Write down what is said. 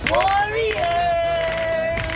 Warriors